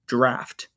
Draft